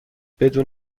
بدون